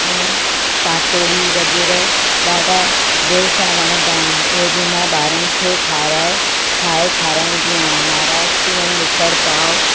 अ पातोड़ी वग़ैरह ॾाढा दिलि सां वणंदा आहिनि उहे बि मां ॿारनि खे ठाराहे ठाहे खाराईंदी आहियां महाराष्ट्रीअनि मिसल पाव